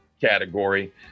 category